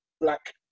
black